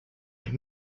ils